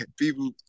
people